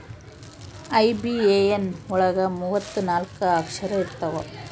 IBAN ಒಳಗ ಮೂವತ್ತು ನಾಲ್ಕ ಅಕ್ಷರ ಇರ್ತವಾ